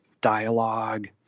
dialogue